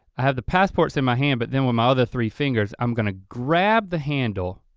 i have the passports in my hand but then with my other three fingers, i'm gonna grab the handle,